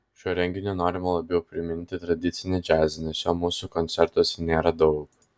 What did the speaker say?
šiuo renginiu norima labiau priminti tradicinį džiazą nes jo mūsų koncertuose nėra daug